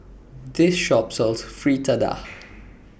This Shop sells Fritada